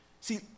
See